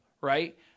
right